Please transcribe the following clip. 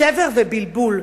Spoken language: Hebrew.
שבר ובלבול.